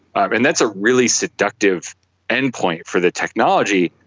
and that's a really seductive endpoint for the technology,